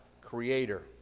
creator